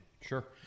Sure